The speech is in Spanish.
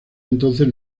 entonces